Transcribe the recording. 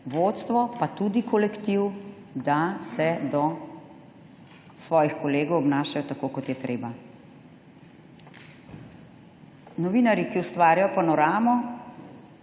vodstvo pa tudi kolektiv, da se do svojih kolegov obnašajo tako, kot je treba. Novinarji, ki ustvarjajo Panoramo,